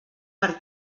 per